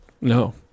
No